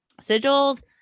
sigils